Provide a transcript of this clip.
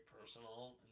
personal